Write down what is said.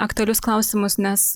aktualius klausimus nes